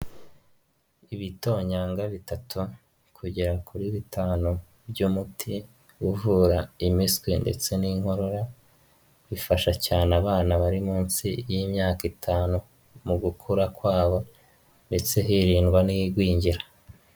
Ibitonyanga bitatu, kugera kuri bitanu by'umuti uvura impiswi ndetse n'inkorora, bifasha cyane abana bari munsi y'imyaka itanu, mu gukura kwabo ndetse hirindwa n'igwingira.